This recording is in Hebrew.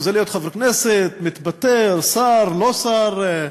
חוזר להיות חבר כנסת, מתפטר, שר, לא שר.